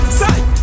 side